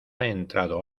entrado